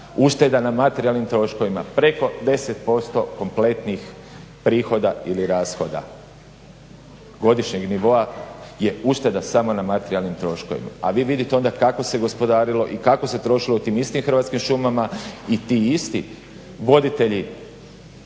ušteda na materijalnim troškovima, preko 10% kompletnih prihoda ili rashoda godišnjeg nivoa je ušteda samo na materijalnim troškovima, a vi vidite onda kako se gospodarili i kako se trošilo u tim istim Hrvatskim šumama i ti isti voditelji